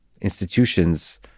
institutions